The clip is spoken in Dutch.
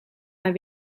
mijn